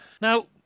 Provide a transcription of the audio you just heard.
now